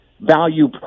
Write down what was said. value